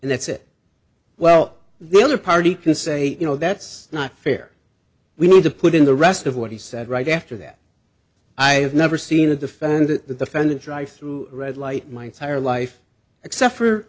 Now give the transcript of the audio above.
and that's it well the other party can say you know that's not fair we need to put in the rest of what he said right after that i have never seen a defendant the defendant drive through a red light my entire life except for